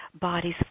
bodies